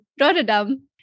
Rotterdam